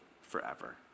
forever